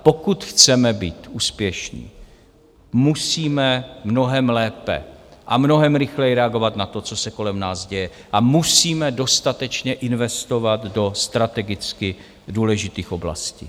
Pokud chceme být úspěšní, musíme mnohem lépe a mnohem rychleji reagovat na to, co se kolem nás děje a musíme dostatečně investovat do strategicky důležitých oblastí.